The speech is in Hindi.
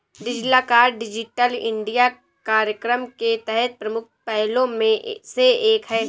डिजिलॉकर डिजिटल इंडिया कार्यक्रम के तहत प्रमुख पहलों में से एक है